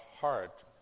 heart